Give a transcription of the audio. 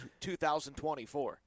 2024